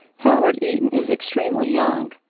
howard eaton is extremely young.